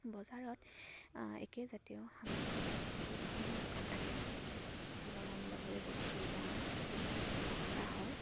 বজাৰত একেজাতীয় সামগ্ৰী কেইবাখনো দোকান থাকে তুলনামূলকভাৱে বস্তুৰ দাম কিছু সস্তা হয়